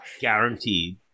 Guaranteed